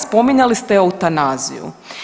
Spominjali ste eutanaziju.